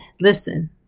Listen